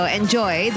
enjoy